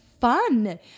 fun